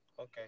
Okay